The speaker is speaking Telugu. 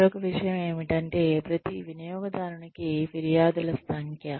మరొక విషయం ఏమిటంటే ప్రతి వినియోగదారునికి ఫిర్యాదుల సంఖ్య